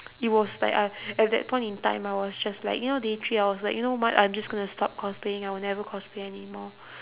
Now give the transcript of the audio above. it was like I at that point in time I was just like you know day three I was like you know what I am just gonna stop cosplaying I will never cosplay anymore